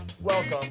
welcome